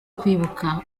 kwibuka